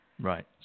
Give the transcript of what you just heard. Right